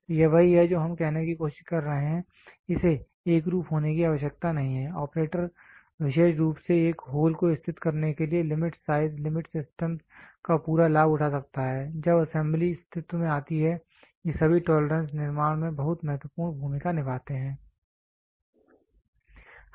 तो यह वही है जो हम कहने की कोशिश कर रहे हैं इसे एकरूप होने की आवश्यकता नहीं है ऑपरेटर विशेष रूप से एक होल को स्थित करने के लिए लिमिट साइज लिमिट सिस्टम का पूरा लाभ उठा सकता है जब असेंबली अस्तित्व में आती है ये सभी टोलरेंस निर्माण में बहुत महत्वपूर्ण भूमिका निभाते हैं